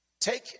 Take